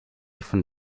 von